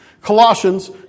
Colossians